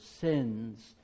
sins